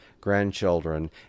grandchildren